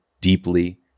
deeply